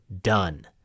done